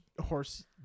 horse